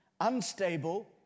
unstable